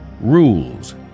rules